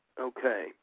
Okay